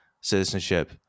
citizenship